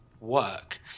work